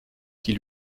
qui